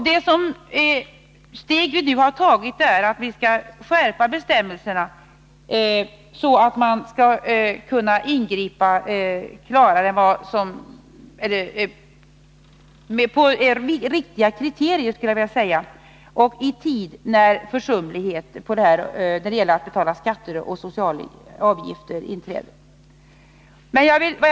Det steg som vi nu har tagit innebär att man skall kunna ingripa på riktiga kriterier och i tid när försumlighet i fråga om att betala skatter och sociala avgifter föreligger.